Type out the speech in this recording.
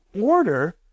order